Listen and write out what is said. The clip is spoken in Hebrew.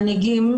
מנהיגים,